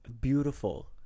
beautiful